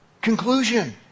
Conclusion